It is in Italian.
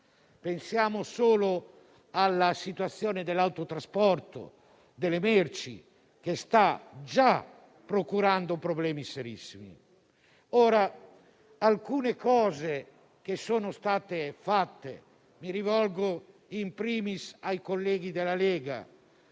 Pensiamo solo alla situazione dell'autotrasporto, delle merci, che sta già procurando problemi serissimi. Penso ad alcune azioni che sono state poste in essere e mi rivolgo *in primis* ai colleghi della Lega;